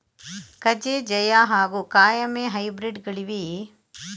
ಕಜೆ ಜಯ ಹಾಗೂ ಕಾಯಮೆ ಹೈಬ್ರಿಡ್ ಗಳಿವೆಯೇ?